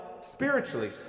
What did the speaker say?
spiritually